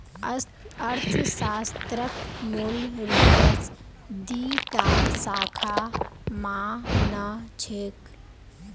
अर्थशास्त्रक मूल रूपस दी टा शाखा मा न छेक